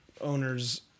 owners